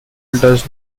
does